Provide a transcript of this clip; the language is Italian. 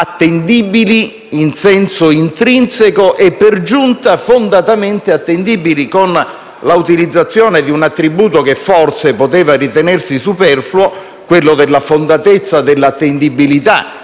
attendibili in senso intrinseco, e per giunta fondatamente attendibili. C'è l'utilizzazione di un attributo che forse poteva ritenersi superfluo, quella della fondatezza dell'attendibilità,